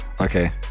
okay